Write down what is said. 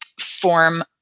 form